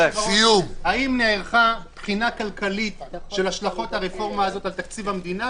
האם נערכה בחינה כלכלית של השלכות הרפורמה הזאת על תקציב המדינה,